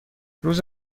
روز